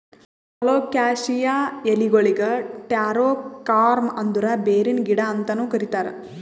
colocasia ಎಲಿಗೊಳಿಗ್ taro corm ಅಂದುರ್ ಬೇರಿನ ಗಿಡ ಅಂತನು ಕರಿತಾರ್